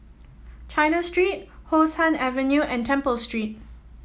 China Street How Sun Avenue and Temple Street